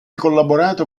collaborato